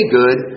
good